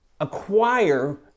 acquire